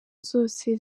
zose